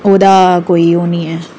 ओह्दा कोई ओह् नेईं ऐ